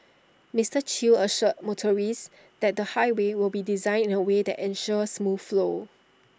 Mister chew assured motorists that the highway will be designed in A way that ensures smooth flow